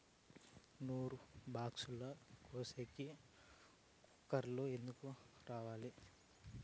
నూరు బాక్సులు కోసేకి కూలోల్లు ఎందరు కావాలి?